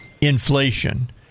inflation